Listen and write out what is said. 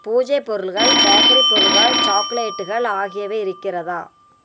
பூஜை பொருட்கள் பேக்கரி பொருட்கள் சாக்லேட்டுகள் ஆகியவை இருக்கிறதா